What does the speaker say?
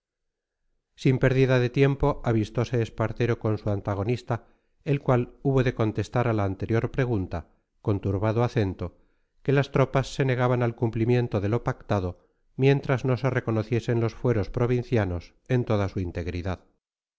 sin pérdida de tiempo avistose espartero con su antagonista el cual hubo de contestar a la anterior pregunta con turbado acento que las tropas se negaban al cumplimiento de lo pactado mientras no se reconociesen los fueros provincianos en toda su integridad